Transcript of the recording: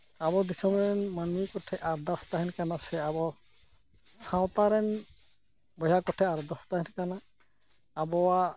ᱟᱵᱚ ᱫᱤᱥᱚᱢ ᱨᱮᱱ ᱢᱟᱹᱱᱢᱤ ᱠᱚ ᱴᱷᱮᱱ ᱟᱨᱫᱟᱥ ᱛᱟᱦᱮᱱ ᱠᱟᱱᱟ ᱥᱮ ᱟᱵᱚ ᱥᱟᱶᱛᱟ ᱨᱮᱱ ᱵᱚᱭᱦᱟ ᱠᱚ ᱴᱷᱮᱱ ᱟᱨᱫᱟᱥ ᱛᱟᱦᱮᱱ ᱠᱟᱱᱟ ᱟᱵᱚᱣᱟᱜ